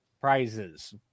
Prizes